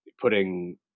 putting